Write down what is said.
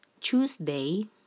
tuesday